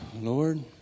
Lord